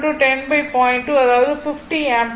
2 அதாவது 50 ஆம்பியர்